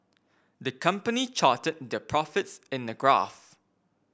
the company charted their profits in a graph